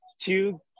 two